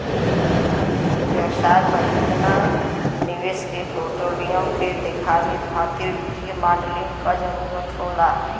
व्यवसाय परियोजना निवेश के पोर्टफोलियो के देखावे खातिर वित्तीय मॉडलिंग क जरुरत होला